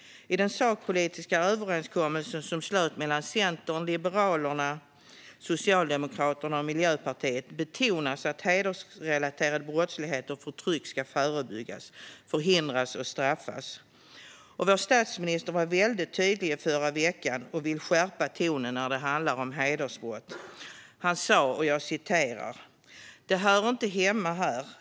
I den sakpolitiska överenskommelsen som slöts mellan Centern, Liberalerna, Socialdemokraterna och Miljöpartiet betonas att hedersrelaterad brottslighet och förtryck ska förebyggas, förhindras och straffas. Vår statsminister var i förra veckan tydlig med att han vill skärpa tonen när det handlar om hedersbrott. Han sa: Det hör inte hemma här.